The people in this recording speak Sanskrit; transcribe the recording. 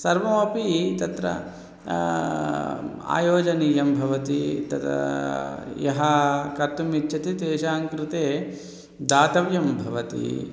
सर्वमपि तत्र आयोजनीयं भवति तद् यः कर्तुं इच्छति तेषां कृते दातव्यं भवति